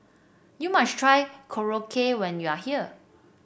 you must try Korokke when you are here